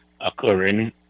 occurring